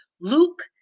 Luke